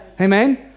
amen